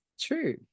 True